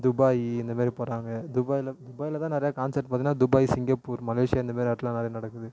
Dubai இந்த மாரி போகிறாங்க துபாயில் துபாயில் தான் நிறையா கான்சப்ட் பார்த்தீங்கன்னா துபாய் சிங்கப்பூர் மலேஷியா இந்த மாரி இடத்துலலாம் நிறையா நடக்குது